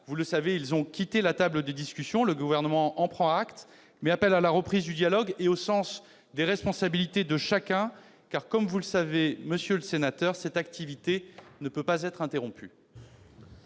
syndicats. Ils ont quitté la table des discussions. Le Gouvernement en prend acte, mais appelle à la reprise du dialogue et au sens des responsabilités de chacun, car, comme vous le savez, la mission des personnels pénitentiaires ne peut pas être interrompue